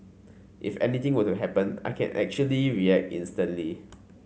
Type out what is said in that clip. if anything were to happen I can actually react instantly